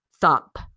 thump